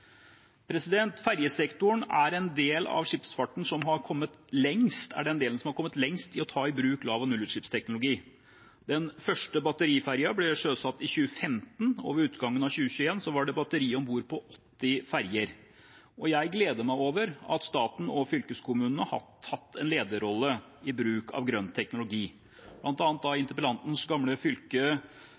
Ferjesektoren er den delen av skipsfarten som har kommet lengst i å ta i bruk lav- og nullutslippsteknologi. Den første batteriferjen ble sjøsatt i 2015, og ved utgangen av 2021 var det batteri om bord på 80 ferjer. Jeg gleder meg over at staten og fylkeskommunene har tatt en lederrolle i bruk av grønn teknologi. Blant annet i interpellantens gamle fylke,